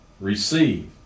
Receive